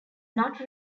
not